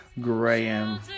Graham